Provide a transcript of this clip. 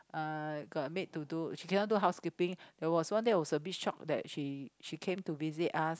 uh got a maid to do she cannot do housekeeping there was one day I was a bit shocked that she came to visit us